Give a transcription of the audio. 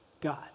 God